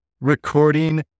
recording